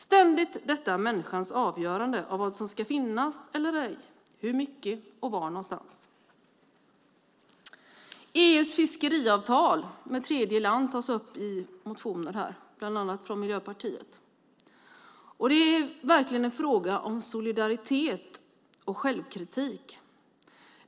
Ständigt handlar det om människans avgörande av vad som ska finnas eller ej och var någonstans. EU:s fiskeriavtal med tredjeland tas här upp i motioner, bland annat från Miljöpartiet. Det är verkligen en fråga om solidaritet och självkritik.